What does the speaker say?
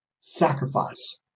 sacrifice